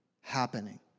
happening